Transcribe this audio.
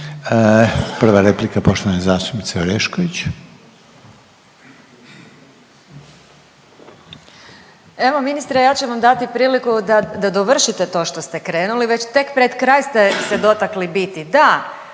Prva replika poštovane zastupnice Orešković. **Orešković, Dalija (DOSIP)** Evo ministre ja ću vam dati priliku da dovršite to što ste krenuli. Tek pred kraj ste se dotakli biti. Da,